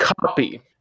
copy